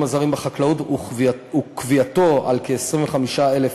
הזרים בחקלאות וקביעתו על כ-25,000,